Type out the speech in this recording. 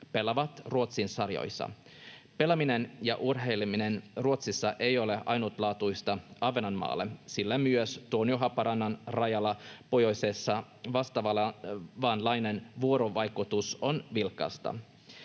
pelaavat Ruotsin sarjoissa. Pelaaminen ja urheileminen Ruotsissa ei ole ainutlaatuista Ahvenanmaalla, sillä myös Tornio-Haaparannan rajalla pohjoisessa vastaavanlainen vuorovaikutus on vilkasta.